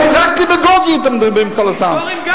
כי אתם רק מדברים דמגוגיה כל הזמן.